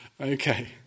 Okay